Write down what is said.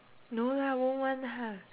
no lah won't one ha